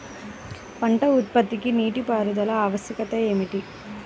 పంట ఉత్పత్తికి నీటిపారుదల ఆవశ్యకత ఏమి?